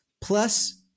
plus